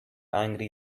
angry